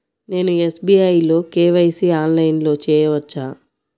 నేను ఎస్.బీ.ఐ లో కే.వై.సి ఆన్లైన్లో చేయవచ్చా?